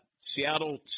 Seattle